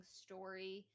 story